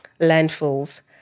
landfills